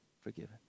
Forgiven